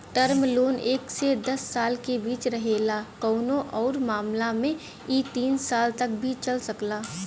term loan एक से दस साल के बीच रहेला कउनो आउर मामला में इ तीस साल तक भी चल सकला